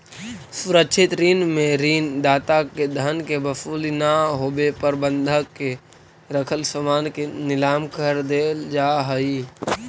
सुरक्षित ऋण में ऋण दाता के धन के वसूली ना होवे पर बंधक के रखल सामान के नीलाम कर देल जा हइ